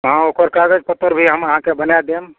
हँ ओकर कागज पत्तर भी हम अहाँकऽ बनाए देम